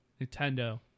Nintendo